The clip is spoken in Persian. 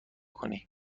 کنی